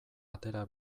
atera